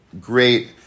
great